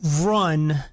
run